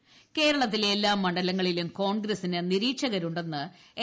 വേണുഗോപാൽ കേരളത്തിലെ എല്ലാ മണ്ഡലങ്ങളിലും കോൺഗ്രസിന് നിരീക്ഷകരുണ്ടെന്ന് എ